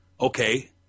okay